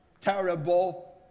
terrible